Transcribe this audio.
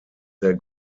sehr